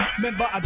Remember